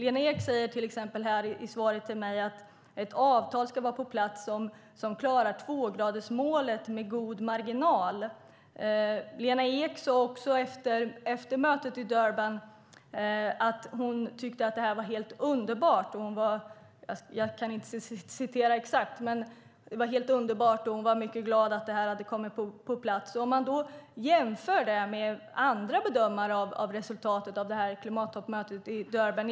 I svaret till mig säger Lena Ek till exempel att ett avtal ska vara på plats som klarar tvågradersmålet med god marginal. Efter mötet i Durban tyckte hon att det var helt underbart - jag kan inte citera henne exakt men hon tyckte att det var helt underbart och hon var mycket glad att det hade kommit på plats. Man kan jämföra det med andra bedömare av resultatet av klimattoppmötet i Durban.